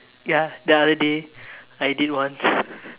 ya the other day I did once